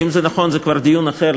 האם זה נכון זה כבר דיון אחר,